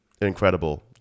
incredible